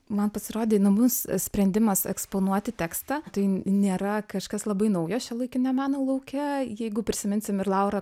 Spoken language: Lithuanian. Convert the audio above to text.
man pasirodė įdomus sprendimas eksponuoti tekstą tai nėra kažkas labai naujo šiuolaikinio meno lauke jeigu prisiminsim ir laurą